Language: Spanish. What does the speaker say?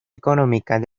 económicas